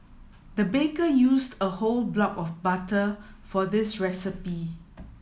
the baker used a whole block of butter for this recipe